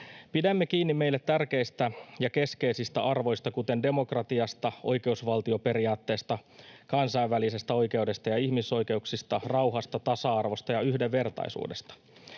Pidämme kiinni meille tärkeistä ja keskeisistä arvoista, kuten demokratiasta, oikeusvaltioperiaatteesta, kansainvälisestä oikeudesta ja ihmisoikeuksista, rauhasta, tasa-arvosta ja yhdenvertaisuudesta.